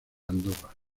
andorra